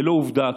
ללא עובדה,